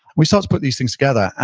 we start to put these things together, and